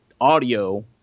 audio